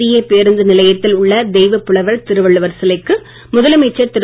புதிய பேருந்து நிலையத்தில் உள்ள தெய்வப் புலவர் திருவள்ளுவர் சிலைக்கு முதலமைச்சர் திரு